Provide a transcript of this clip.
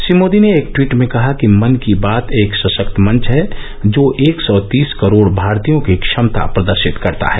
श्री मोदी ने एक टवीट में कहा कि मन की बात एक सशक्त मंच है जो एक सौ तीस करोड़ भारतीयों की क्षमता प्रदर्शित करता है